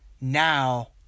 Now